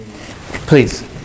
Please